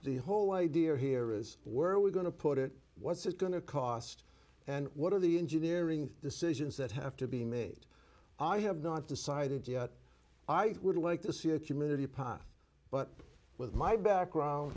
the whole idea here is where are we going to put it what's it going to cost and what are the engineering decisions that have to be made i have not decided yet i would like to see a committee path but with my background